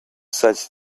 such